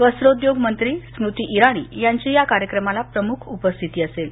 वस्त्रोद्योग मंत्री स्मृती इराणी यांची या कार्यक्रमाला प्रमुख उपस्थिती असेल